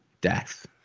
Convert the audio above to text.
death